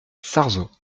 sarzeau